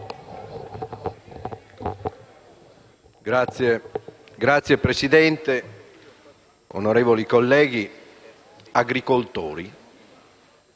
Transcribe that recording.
Signora Presidente, onorevoli colleghi, agricoltori